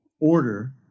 order